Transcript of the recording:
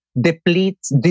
depletes